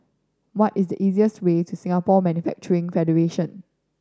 what is the easiest way to Singapore Manufacturing Federation